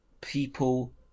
people